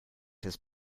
his